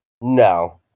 No